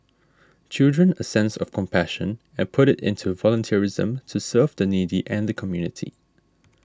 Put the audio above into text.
children a sense of compassion and put it into volunteerism to serve the needy and the community